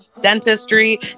dentistry